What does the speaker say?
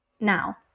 now